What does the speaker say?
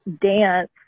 dance